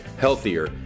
healthier